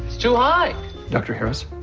it's too high dr. harris,